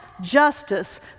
justice